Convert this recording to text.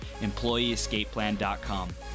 EmployeeEscapePlan.com